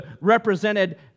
represented